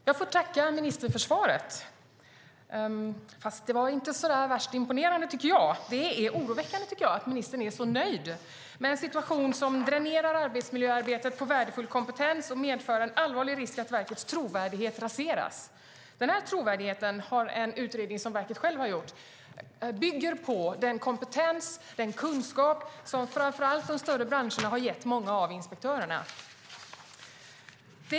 Fru talman! Tack, ministern, för svaret! Det var inte värst imponerande. Det är oroväckande att ministern är så nöjd med en situation som dränerar arbetsmiljöarbetet på värdefull kompetens och medför en allvarlig risk för att verkets trovärdighet raseras. Trovärdigheten bygger, enligt en utredning som verket har gjort, på den kompetens och den kunskap som framför allt de större branscherna har gett många av inspektörerna.